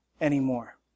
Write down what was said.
anymore